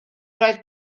roedd